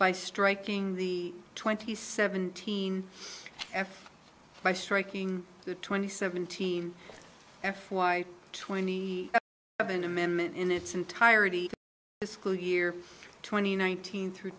by striking the twenty seventeen f by striking the twenty seventeen f y twenty seven amendment in its entirety the school year twenty one thousand through